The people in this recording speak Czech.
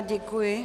Děkuji.